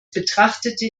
betrachtete